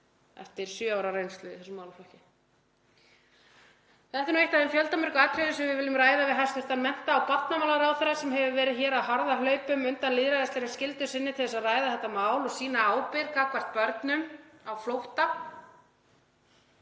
eftir sjö ára reynslu í þessum málaflokki. Þetta er eitt af þeim fjöldamörgu atriðum sem við viljum ræða við hæstv. mennta- og barnamálaráðherra sem hefur verið á harðahlaupum undan lýðræðislegri skyldu sinni til að ræða þetta mál og sýna ábyrgð gagnvart börnum á flótta.